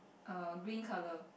err green color